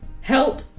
Help